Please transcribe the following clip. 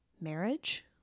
marriage